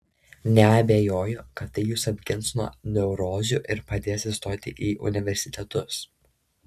neabejoju kad tai jus apgins nuo neurozių ir padės įstoti į universitetus